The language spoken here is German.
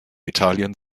italien